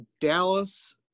Dallas